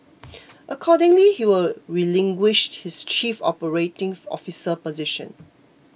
accordingly he will relinquish his chief operating officer position